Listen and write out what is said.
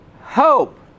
hope